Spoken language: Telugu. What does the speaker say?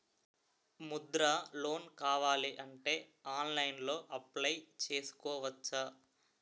ముద్రా లోన్ కావాలి అంటే ఆన్లైన్లో అప్లయ్ చేసుకోవచ్చా?